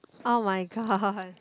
oh-my-god